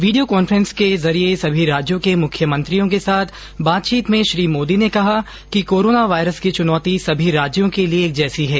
video conference के जरिए सभी राज्यों के मुख्यमंत्रियों के साथ बातचीत में श्री मोदी ने कहा कि कोरोना वायरस की चुनौती सभी राज्यों के लिए एक जैसी है